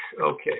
Okay